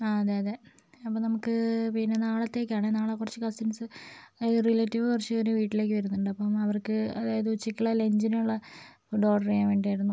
അതെ അതെ അപ്പോൾ നമുക്ക് പിന്നെ നാളത്തേകാണെൽ നാളെ കുറച്ച് കസിൻസ് റിലേറ്റീവ് കുറച്ച് പേര് വീട്ടിലേക്ക് വരുന്നുണ്ട് അപ്പം അവർക്ക് അതായത് ഉച്ചയ്ക്കുള്ള ലഞ്ചിനുള്ള ഫുഡ് ഓർഡർ ചെയ്യാൻ വേണ്ടിയായിരുന്നു